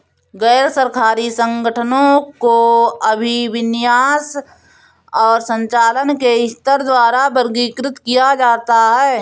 गैर सरकारी संगठनों को अभिविन्यास और संचालन के स्तर द्वारा वर्गीकृत किया जाता है